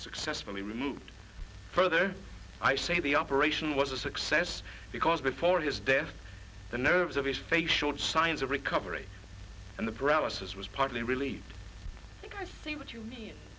successfully removed further i say the operation was a success because before his death the nerves of his face showed signs of recovery and the paralysis was partly relieved i think what you mean